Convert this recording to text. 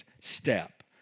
step